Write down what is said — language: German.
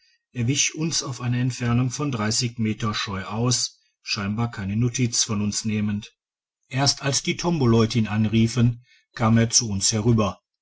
er wich uns auf eine entfernung von dreißig meter scheu aus scheinbar keine notiz von uns nehmend digitized by google erst als die tomboleute ihn anriefen kam er zu uns herüber